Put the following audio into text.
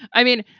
i mean,